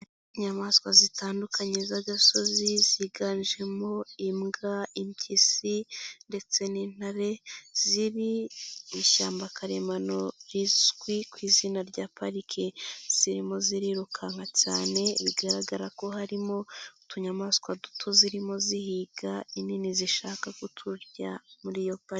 Inyamaswa zitandukanye z'agasozi ziganjemo imbwa, impyisi ndetse n'intare, ziri mu ishyamba karemano rizwi ku izina rya parike. Zirimo zirirukanka cyane, bigaragara ko harimo utunyamaswa duto zirimo zihiga, inini zishaka kuturya muri iyo parike.